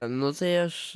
nu tai aš